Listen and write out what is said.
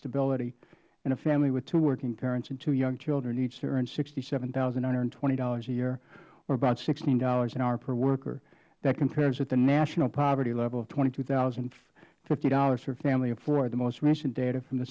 stability a family with two working parents and two young children needs to earn sixty seven thousand nine hundred and twenty dollars a year or about sixteen dollars a hour per worker that compares with the national poverty level of twenty two thousand and fifty dollars for a family of four the most recent data from the